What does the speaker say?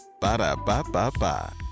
Ba-da-ba-ba-ba